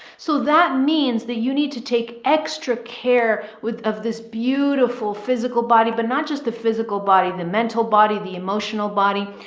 so that means that you need to take extra care with, of this beautiful physical body, but not just the physical body, the mental body, the emotional body,